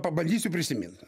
pabandysiu prisimint